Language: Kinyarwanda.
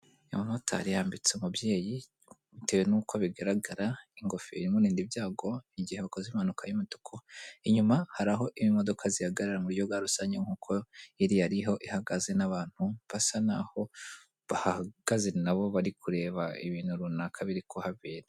Umumotari yambitse umubyeyi bitewe n'uko bigaragara, ingofero imurinda ibyago igihe hakoze impanuka y'umutuku, inyuma hari aho imodoka zihagarara mu gihugu rusange nk'uko iriya ari ho ihagaze, n'abantu basa n'aho bahagaze na bo bari kureba ibintu runaka biri kuhabere.